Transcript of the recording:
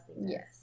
Yes